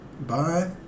Bye